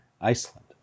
Iceland